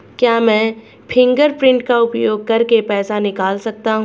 क्या मैं फ़िंगरप्रिंट का उपयोग करके पैसे निकाल सकता हूँ?